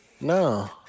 No